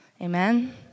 Amen